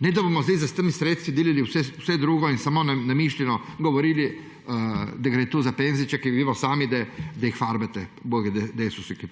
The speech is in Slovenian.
Ne da bomo zdaj s temi sredstvi delali vse drugo in samo namišljeno govorili, da gre to za »penziče«, ko vemo sami, da jih farbate, / nerazumljivo/,